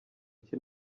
cye